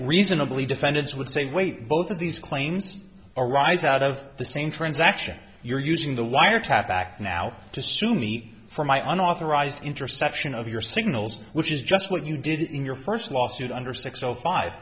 reasonably defendants would say wait both of these claims arise out of the same transaction you're using the wiretap act now to sue me for my own authorized interception of your signals which is just what you did in your first lawsuit under six o five